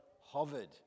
hovered